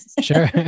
Sure